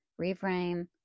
reframe